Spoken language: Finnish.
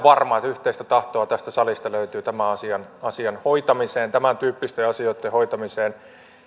yhteistä tahtoa tästä salista löytyy tämän asian hoitamiseen tämäntyyppisten asioitten hoitamiseen